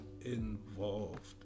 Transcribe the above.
involved